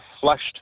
flushed